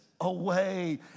away